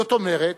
זאת אומרת,